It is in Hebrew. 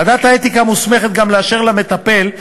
ועדת האתיקה מוסמכת גם לאשר למטפל,